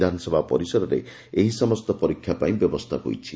ବିଧାନସଭା ପରିସରରେ ଏହି ସମସ୍ତ ପରୀକ୍ଷା ପାଇଁ ବ୍ୟବସ୍ତା ହୋଇଛି